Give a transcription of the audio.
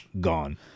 gone